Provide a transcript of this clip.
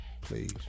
Please